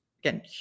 Again